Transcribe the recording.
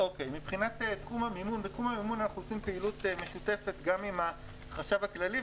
בתחום המימון אנחנו עושים פעילות משותפת גם עם החשב הכללי,